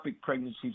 pregnancies